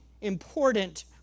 important